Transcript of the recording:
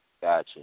Gotcha